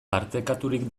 partekaturik